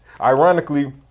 ironically